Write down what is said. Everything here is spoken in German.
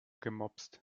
gemopst